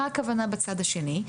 מה הכוונה בצד השני?